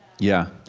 yeah.